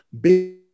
big